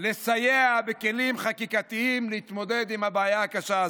לסייע בכלים חקיקתיים להתמודד עם הבעיה הקשה הזאת.